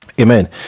Amen